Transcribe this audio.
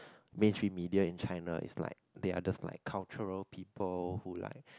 mainstream media in China is like they are just like the cultural people who like